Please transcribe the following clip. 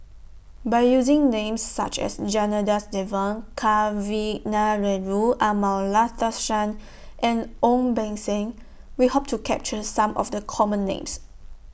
By using Names such as Janadas Devan Kavignareru Amallathasan and Ong Beng Seng We Hope to capture Some of The Common Names